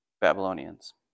Babylonians